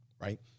right